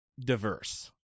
diverse